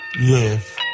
Yes